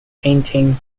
painting